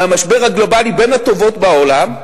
מהמשבר הגלובלית בין הטובות בעולם,